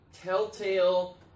telltale